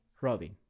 Robin